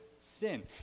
sin